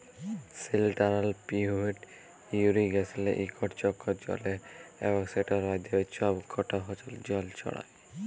central pivot ইরিগেসলে ইকট চক্কর চলে এবং সেটর মাধ্যমে ছব কটা ফসলে জল ছড়ায়